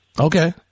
Okay